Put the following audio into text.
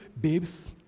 babes